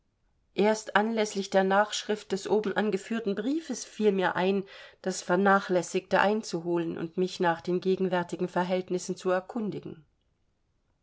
erst anläßlich der nachschrift des oben angeführten briefes fiel mir ein das vernachlässigte einzuholen und mich nach den gegenwärtigen verhältnissen zu erkundigen